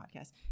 podcast